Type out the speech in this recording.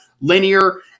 linear